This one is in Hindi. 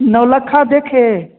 नौलक्खा देखें